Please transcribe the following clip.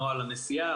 נוהל הנשיאה,